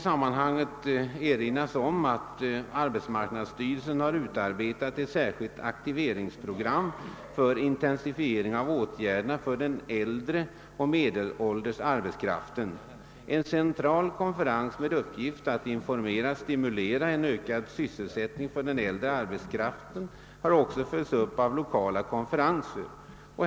Jag kan också erinra om att arbetsmarknadsstyrelsen har utarbetat ett särskilt aktiveringsprogram för intensifiering av åtgärderna för den äldre och medelålders arbetskraften. En central konferens med uppgift att informera och stimulera en ökad sysselsättning för den äldre arbetskraften har också följts upp med lokala konferenser.